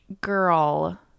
girl